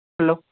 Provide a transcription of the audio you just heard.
hello